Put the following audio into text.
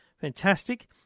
Fantastic